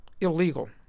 illegal